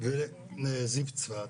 וזיו צפת.